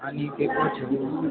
अनि के पो थियो